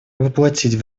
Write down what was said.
воплотить